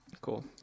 Cool